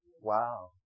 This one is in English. Wow